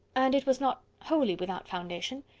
and it was not wholly without foundation.